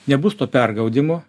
nebus to pergaudymo